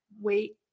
wait